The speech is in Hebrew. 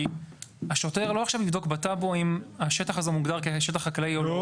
כי השוטר לא יתחיל לבדוק בטאבו אם השטח הזה מוגדר כשטח חקלאי או לא,